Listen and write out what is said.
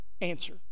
answer